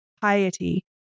piety